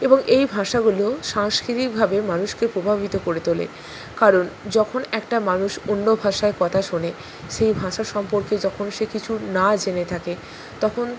এবং এই ভাঁষাগুলো সাংস্কৃতিকভাবে মানুষকে প্রভাবিত করে তোলে কারণ যখন একটা মানুষ অন্য ভাষায় কথা শোনে সেই ভাঁষা সম্পর্কে যখন সে কিছু না জেনে থাকে তখন